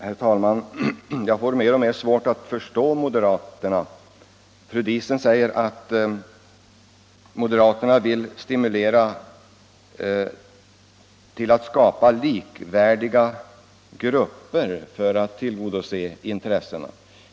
Herr talman! Jag får mer och mer svårt att förstå moderaterna. Fru Diesen säger att moderaterna vill stimulera till att skapa ”likvärdiga grupper” för att tillgodose intressena.